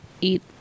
eat